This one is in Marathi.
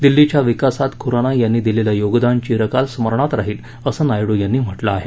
दिल्लीच्या विकासात खुराना यांनी दिलेलं योगदान चिरकाल स्मरणात राहील असं नायडू यांनी म्हटलं आहे